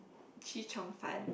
chee-cheong-fun